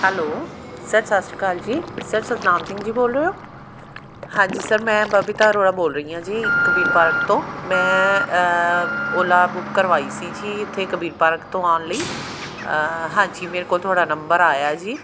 hello sir ਸਤਿ ਸ਼੍ਰੀ ਅਕਾਲ ਜੀ ਸਰ ਸਤਨਾਮ ਸਿੰਘ ਜੀ ਬੋਲ ਰਹੇ ਹੋ ਹਾਂਜੀ ਸਰ ਮੈਂ ਬਬੀਤਾ ਅਰੌੜਾ ਬੋਲ ਰਹੀ ਹਾਂ ਜੀ ਕਬੀਰ ਪਾਰਕ ਤੋਂ ਮੈਂ ਓਲਾ ਬੁੱਕ ਕਰਵਾਈ ਸੀ ਜੀ ਇੱਥੇ ਕਬੀਰ ਪਾਰਕ ਤੋਂ ਆਉਣ ਲਈ ਹਾਂਜੀ ਮੇਰੇ ਕੋਲ ਤੁਹਾਡਾ ਨੰਬਰ ਆਇਆ ਜੀ